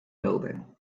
building